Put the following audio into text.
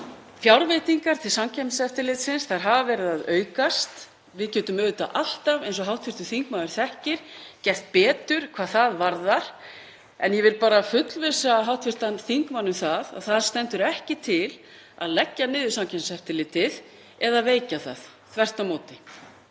Fjárveitingar til Samkeppniseftirlitsins hafa verið að aukast. Við getum auðvitað alltaf, eins og hv. þingmaður þekkir, gert betur hvað það varðar en ég vil bara fullvissa hv. þingmann um að það stendur ekki til að leggja niður Samkeppniseftirlitið eða veikja það. Þvert á móti.